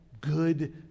good